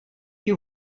you